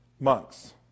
monks